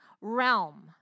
realm